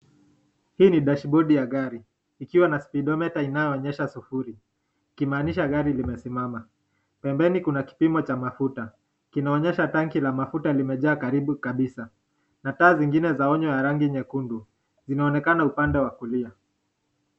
Hii ni dashibodi ya gari, ikiwa na speedometer inayoonyesha sufuri,H ikimaanisha gari limesimama. Pembeni kuna kipimo cha mafuta kinaonyesha tanki la mafuta limejaa karibu kabisa na taa zingine za onyo ya rangi nyekundu zinaonekana upandeii ni dashboard ya gari, ikiwa na spidomita inayoonyesha suf wa kulia.